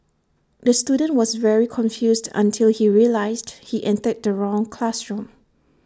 the student was very confused until he realised he entered the wrong classroom